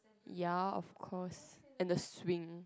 ya of course and the swing